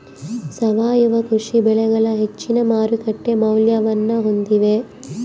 ಸಾವಯವ ಕೃಷಿ ಬೆಳೆಗಳು ಹೆಚ್ಚಿನ ಮಾರುಕಟ್ಟೆ ಮೌಲ್ಯವನ್ನ ಹೊಂದಿವೆ